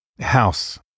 house